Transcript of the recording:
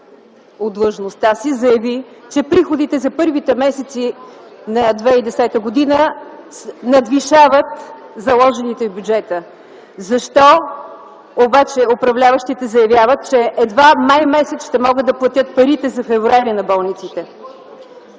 от длъжността си, заяви, че приходите за първите месеци на 2010 г. надвишават заложените в бюджета. Защо обаче управляващите заявяват, че едва м. май ще могат да платят парите за м. февруари на болниците?